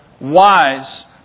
wise